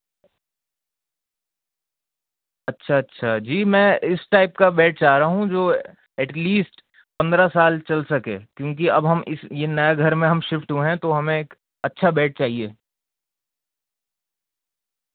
اچھا اچھا جی میں اس ٹائپ کا بیڈ چاہ رہا ہوں جو ایٹ لیسٹ پندرہ سال چل سکے کیونکہ اب ہم اس یہ نیا گھر میں ہم شفٹ ہوئے ہیں تو ہمیں ایک اچھا بیڈ چاہیے